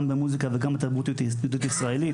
מוזיקה ותרבות יהודית-ישראלית.